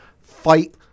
fight